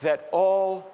that all